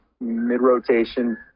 mid-rotation